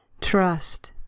Trust